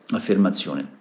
affermazione